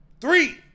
Three